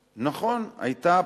נכון, היתה פשרה,